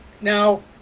now